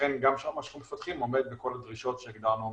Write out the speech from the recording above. שאכן גם מה שאנחנו מפתחים עומד בכל הדרישות שהגדרנו מראש.